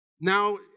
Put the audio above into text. now